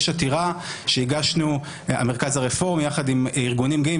יש עתירה שהגשנו המרכז הרפורמי יחד עם ארגונים גאים,